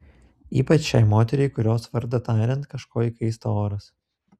ypač šiai moteriai kurios vardą tariant kažko įkaista oras